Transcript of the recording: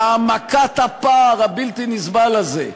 להעמקת הפער הבלתי-נסבל הזה,